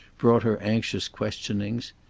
brought her anxious questionings.